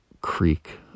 creek